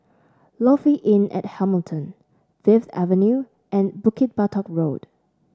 Lofi Inn at Hamilton Fifth Avenue and Bukit Batok Road